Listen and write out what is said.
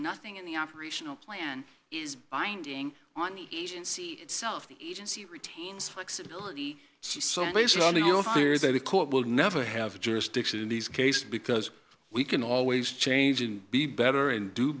nothing in the operational plan is binding on the agency itself the agency retains flexibility she someplace on the court will never have jurisdiction in these cases because we can always change and be better and do